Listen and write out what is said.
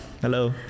Hello